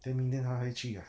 then 明天她还去